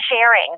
sharing